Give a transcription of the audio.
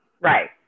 Right